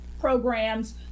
programs